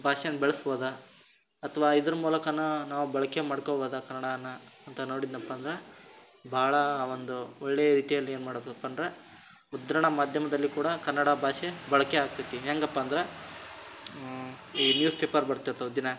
ಭಾಷೆನಾ ಬೆಳಸ್ಬೋದಾ ಅಥ್ವಾ ಇದ್ರ ಮೂಲಕವೂ ನಾವು ಬಳಕೆ ಮಾಡ್ಕೊಬೋದಾ ಕನ್ನಡವನ್ನ ಅಂತ ನೋಡಿದೆನಪ್ಪ ಅಂದ್ರೆ ಭಾಳಾ ಒಂದು ಒಳ್ಳೆ ರೀತಿಯಲ್ಲಿ ಏನು ಮಾಡೋದಪ್ಪ ಅಂದ್ರೆ ಮುದ್ರಣ ಮಾಧ್ಯಮದಲ್ಲಿ ಕೂಡ ಕನ್ನಡ ಭಾಷೆ ಬಳಕೆ ಆಗ್ತದೆ ಹೇಗಪ್ಪ ಅಂದ್ರೆ ಈ ನ್ಯೂಸ್ ಪೇಪರ್ ಬರ್ತಿರ್ತಾವೆ ದಿನಾ